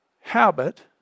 habit